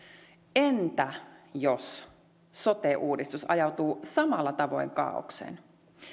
entä jos sote uudistus ajautuu samalla tavoin kaaokseen